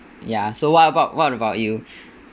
ya so what about what about you